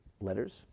letters